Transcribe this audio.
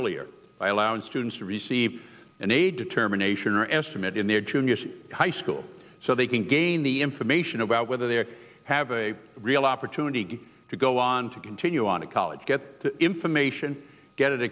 earlier i allowed students to receive an a determination or estimate in their junior high school so they can gain the information about whether they have a real opportunity to go on to continue on to college get the information get it